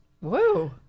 Woo